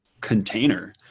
container